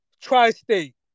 Tri-State